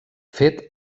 fet